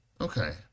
Okay